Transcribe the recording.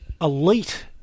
elite